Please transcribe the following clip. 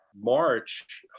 march